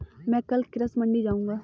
मैं कल कृषि मंडी जाऊँगा